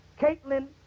Caitlin